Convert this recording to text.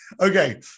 Okay